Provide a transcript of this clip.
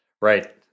right